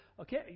okay